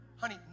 honey